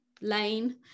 lane